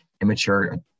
immature